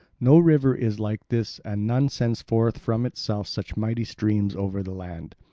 no river is like this, and none sends forth from itself such mighty streams over the land.